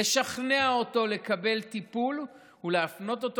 לשכנע אותו לקבל טיפול ולהפנות אותו